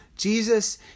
Jesus